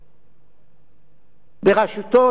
בראשותו של אהוד אולמרט,